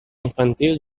infantil